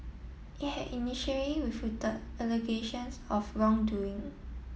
it had initially refuted allegations of wrongdoing